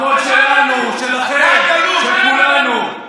הכול שלנו, שלכם, של כולנו.